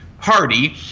party